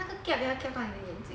可是那个 kiap 要 kiap 到你的眼睛